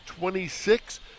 26